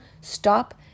stop